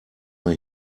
man